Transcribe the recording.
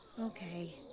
Okay